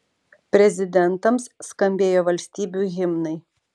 prezidentams skambėjo valstybių himnai